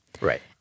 Right